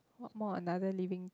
what more another living thing